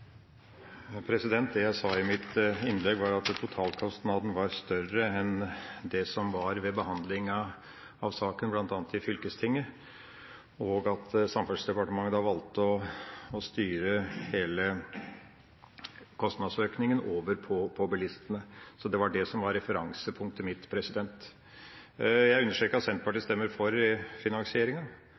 Det jeg sa i mitt innlegg, var at totalkostnaden på prosjektet var større enn det som lå til grunn ved behandlinga av saka, bl.a. i fylkestinget, og at Samferdselsdepartementet da valgte å styre hele kostnadsøkninga over på bilistene. Det var det som var referansepunktet mitt. Jeg understreket at Senterpartiet stemmer for finansieringa,